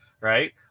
right